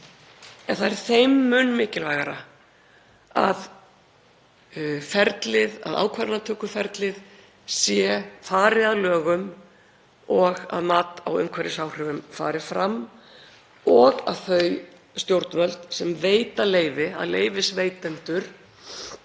Það er þeim mun mikilvægara að ákvarðanatökuferlið fari að lögum og að mat á umhverfisáhrifum fari fram og að þau stjórnvöld sem veita leyfi, leyfisveitendur,